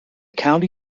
county